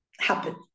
happen